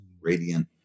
radiant